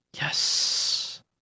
Yes